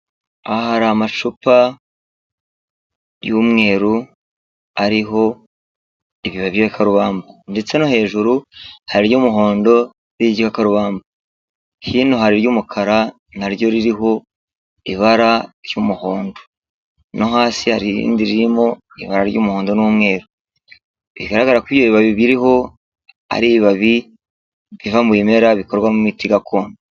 Aha hari amacupa y'umweru ariho ibibabi by'ibikakarubamba, ndetse no hejuru hari iry'umuhondo ririho igikarubamba, hino hari iry'umukara naryo ririho ibara ry'umuhondo, no hasi hari irindi ririmo ibara ry'umuhondo n'umweru bigaragara ko ibi bibabi biriho; ari ibibabi biva mu bimera bikorwamo imiti gakondo.